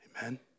amen